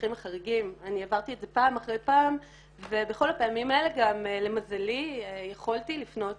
אני עברתי את זה פעם אחרי פעם ובכל הפעמים האלה גם למזלי יכולתי לפנות